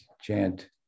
chant